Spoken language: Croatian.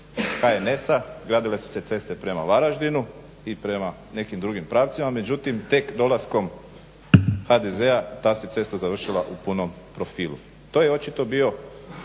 HNS-a. Gradile su se ceste prema Varaždinu i prema nekim drugim pravcima. Međutim, tek dolaskom HDZ-a ta se cesta završila u punom profilu. To je očito bio